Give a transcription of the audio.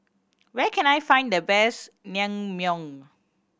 where can I find the best Naengmyeon